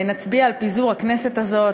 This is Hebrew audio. נצביע על פיזור הכנסת הזאת,